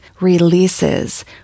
releases